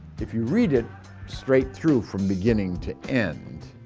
if you read it straight-through from beginning to end,